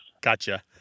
Gotcha